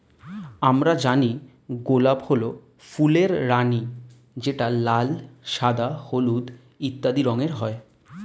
আমরা জানি গোলাপ হল ফুলের রানী যেটা লাল, সাদা, হলুদ ইত্যাদি রঙের হয়